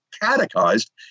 catechized